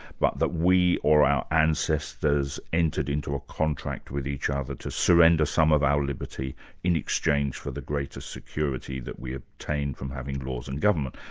but that we or our ancestors entered into a contract with each other to surrender some of our liberty in exchange for the greater security that we obtain from having laws and government.